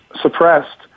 suppressed